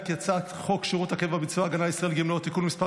חוק שירות הקבע בצבא הגנה לישראל (גמלאות) (תיקון מס'